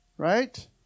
Right